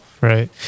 Right